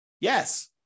Yes